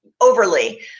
overly